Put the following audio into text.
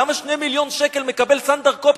למה 2 מיליון שקל מקבל סכנדר קובטי,